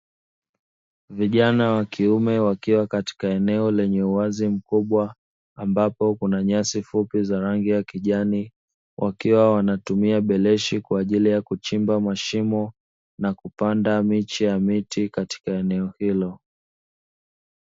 Vijana wakiume wakiwa katika eneo lenye uwazi mkubwa, ambapo kuna nyasi fupi za rangi ya kijani wakiwa wanatumia beleshi kwa ajili ya kuchimba mashimo na kupanda miche ya miti katika eneo hilo.